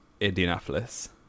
Indianapolis